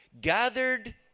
gathered